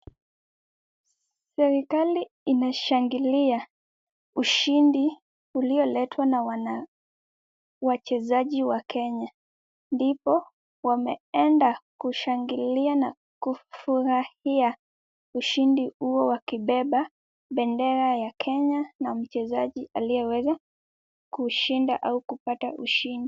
Serikali inashangilia ushindi ulioletwa na wachezaji wa Kenya. Ndipo wameenda kushangilia na kufurahia ushindi huo, wakibeba bendera ya Kenya na mchezaji aliyeweza kushinda au kupata ushindi.